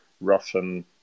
russian